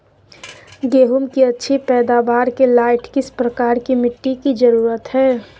गेंहू की अच्छी पैदाबार के लाइट किस प्रकार की मिटटी की जरुरत है?